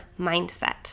mindset